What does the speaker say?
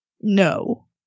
No